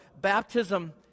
baptism